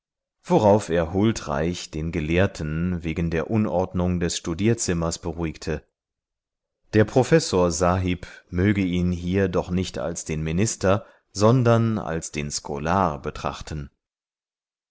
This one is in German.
worauf er huldreich den gelehrten wegen der unordnung des studierzimmers beruhigte der professor sahib möge ihn hier doch nicht als den minister sondern als den scholar betrachten